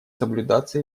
соблюдаться